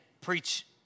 preach